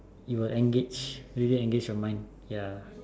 you will engage really engage your mind ya